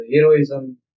heroism